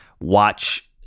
watch